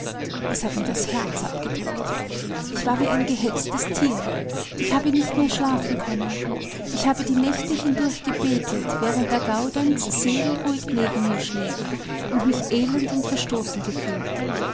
es hat mir das herz abgedrückt ich war wie ein gehetztes tier ich habe nicht mehr schlafen können ich habe die nächte hindurch gebetet während der gaudenz seelenruhig neben mir schlief und mich elend und verstoßen gefühlt